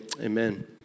Amen